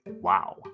wow